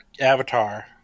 avatar